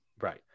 right